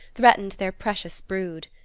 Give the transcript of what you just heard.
threatened their precious brood.